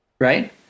right